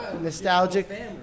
nostalgic